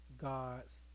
God's